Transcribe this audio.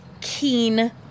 keen